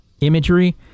imagery